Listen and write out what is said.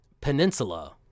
peninsula